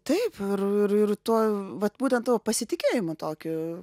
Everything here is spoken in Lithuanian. taip ir ir ir tuo vat būtent tavo pasitikėjimu tokiu